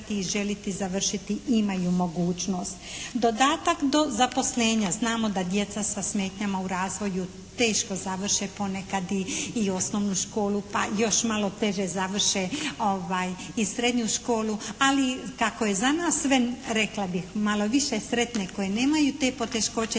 i željeti završiti imaju mogućnost. Dodatak do zaposlenja. Znamo da djeca sa smetnjama u razvoju teško završe ponekad i osnovnu školu, pa još malo teže završe i srednju školu ali kako je za nas rekla bih malo više sretne koji nemaju te poteškoće